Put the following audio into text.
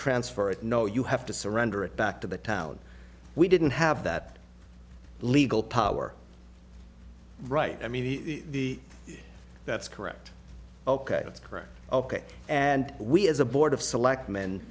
transfer it no you have to surrender it back to the town we didn't have that legal power right i mean the that's correct ok it's ok and we as a board of selectmen